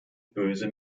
böse